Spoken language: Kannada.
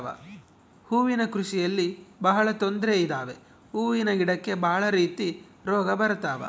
ಹೂವಿನ ಕೃಷಿಯಲ್ಲಿ ಬಹಳ ತೊಂದ್ರೆ ಇದಾವೆ ಹೂವಿನ ಗಿಡಕ್ಕೆ ಭಾಳ ರೀತಿ ರೋಗ ಬರತವ